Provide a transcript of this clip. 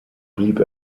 blieb